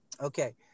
Okay